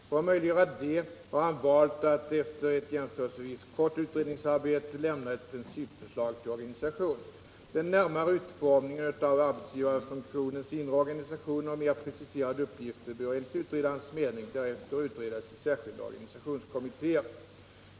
För att möjliggöra detta har han valt att efter ett jämförelsevis kort utredningsarbete lämna ett principförslag till organisation. Den närmare utformningen av arbetsgivarfunktionens inre organisation och mer preciserade uppgifter bör enligt utredarens mening därefter utredas i särskilda organisationskommittéer.